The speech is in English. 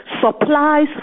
supplies